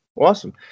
Awesome